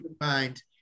mind